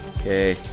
Okay